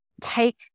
Take